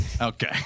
Okay